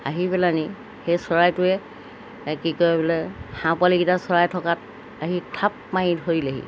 আহি পেলাহেনি সেই চৰাইটোৱে কি কৰে বোলে হাঁহ পোৱালিকেইটা চৰাই থকাত আহি থাপ মাৰি ধৰিলেহি